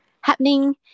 happening